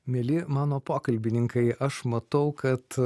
mieli mano pokalbininkai aš matau kad